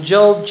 Job